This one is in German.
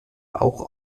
auch